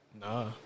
Nah